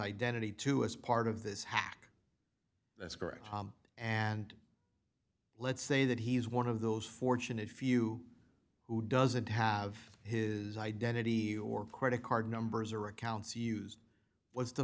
identity too is part of this hack that's correct and let's say that he's one of those fortunate few who doesn't have his identity or credit card numbers or accounts used was the